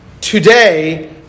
today